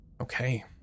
okay